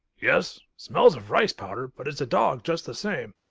yes. smells of rice powder, but it's a dog just the same.